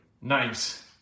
Nice